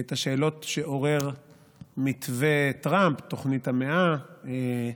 שעורר מתווה טראמפ, תוכנית המאה: